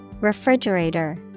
Refrigerator